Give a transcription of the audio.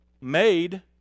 made